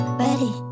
ready